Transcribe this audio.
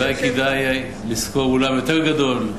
אולי כדאי לשכור אולם יותר גדול.